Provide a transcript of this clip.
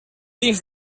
dins